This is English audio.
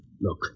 Look